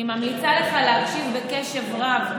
אני ממליצה לך להקשיב בקשב רב,